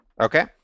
Okay